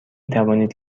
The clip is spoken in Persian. توانید